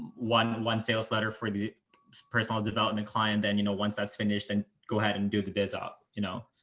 one, one sales letter for the personal development client, then, you know, once that's finished and go ahead and do the biz up, you know?